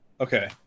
okay